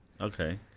Okay